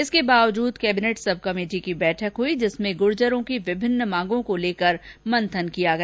इसके बावजूद cabinet sub committee की बैठक हुई जिसमें गुर्जरों की विभिन्न मांगों को लेकर मंथन किया गया